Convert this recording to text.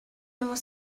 muss